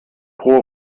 pro